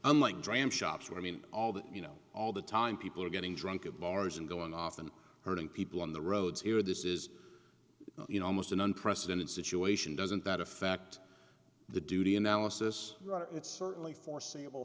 unlike dram shops where i mean all that you know all the time people are getting drunk at bars and going off and hurting people on the roads here this is almost an unprecedented situation doesn't that affect the duty analysis writer it's certainly foreseeable